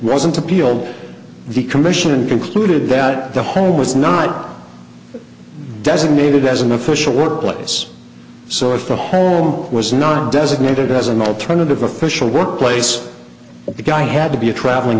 wasn't to peel the commission concluded that the home was not designated as an official workplace so if the home was not designated as an alternative official work place the guy had to be a traveling